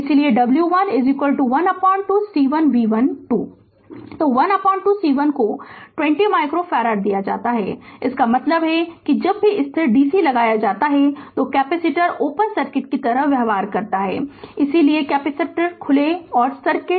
इसलिए w 1 12 c 1 v 1 2 तो 12 c 1 को 20 माइक्रो फैराड दिया जाता है इसका मतलब यह है कि जब भी स्थिर dc लगाया जाता है तो कैपेसिटर ओपन सर्किट की तरह व्यवहार करेगा इसीलिए कैपेसिटर खुले हैं और सर्किट समाधान बहुत आसान है